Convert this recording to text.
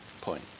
point